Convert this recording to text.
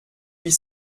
huit